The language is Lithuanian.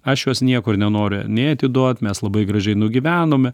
aš jos niekur nenoriu nei atiduot mes labai gražiai nugyvenome